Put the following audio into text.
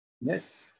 Yes